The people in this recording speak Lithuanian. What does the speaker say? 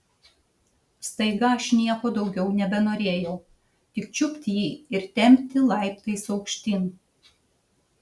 staiga aš nieko daugiau nebenorėjau tik čiupt jį ir tempti laiptais aukštyn